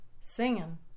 Singing